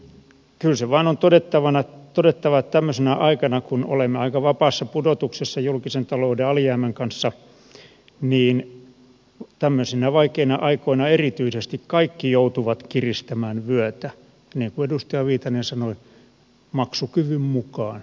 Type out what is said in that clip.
kyllä se vaan on todettava että erityisesti tämmöisinä vaikeina aikoina kun olemme aika vapaassa pudotuksessa julkisen talouden alijäämän kanssa kaikki joutuvat kiristämään vyötä niin kuin edustaja viitanen sanoi maksukyvyn mukaan